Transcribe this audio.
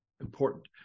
important